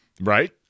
right